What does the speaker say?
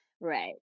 Right